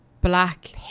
black